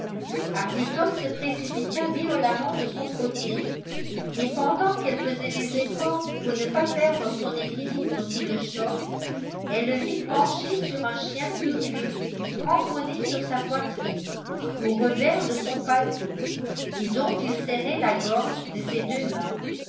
arbuton se précipita violemment de son côté et pendant qu'elle faisait des efforts pour ne pas perdre son équilibre sous le choc elle le vit penché sur un chien furieux cramponné sur sa poitrine aux revers de son paletot et dont il serrait la gorge de ses deux mains